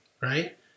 right